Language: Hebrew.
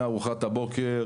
מארוחת הבוקר,